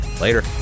Later